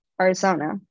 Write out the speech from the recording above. Arizona